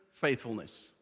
faithfulness